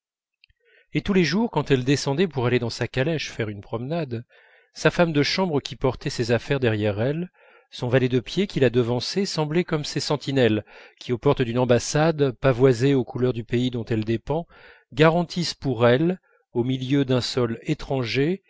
et tous les jours quand elle descendait pour aller dans sa calèche faire une promenade sa femme de chambre qui portait ses affaires derrière elle son valet de pied qui la devançait semblaient comme ces sentinelles qui aux portes d'une ambassade pavoisée aux couleurs du pays dont elle dépend garantissent pour elle au milieu d'un sol étranger